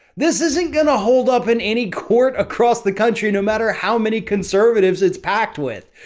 this isn't going to hold up in any court across the country, no matter how many conservatives it's packed with.